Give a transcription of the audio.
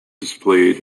displayed